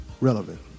relevant